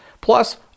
plus